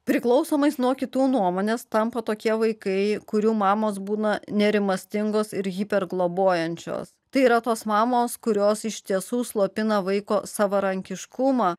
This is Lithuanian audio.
priklausomais nuo kitų nuomonės tampa tokie vaikai kurių mamos būna nerimastingos ir jį per globojančios tai yra tos mamos kurios iš tiesų slopina vaiko savarankiškumą